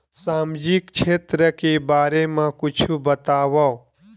सामजिक क्षेत्र के बारे मा कुछु बतावव?